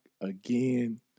again